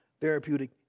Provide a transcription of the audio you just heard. therapeutic